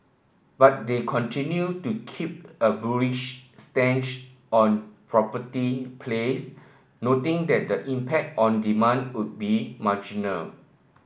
but they continued to keep a bullish stance on property plays noting that the impact on demand would be marginal